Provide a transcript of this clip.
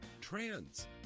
Trans